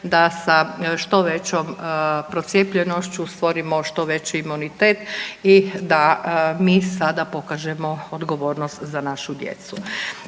da sa što većoj procijepljenošću stvorimo što veći imunitet i da mi sada pokažemo odgovornost za našu djecu.